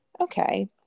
okay